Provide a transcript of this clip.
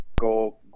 go